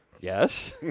Yes